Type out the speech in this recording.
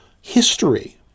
history